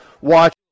Watch